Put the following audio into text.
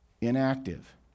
inactive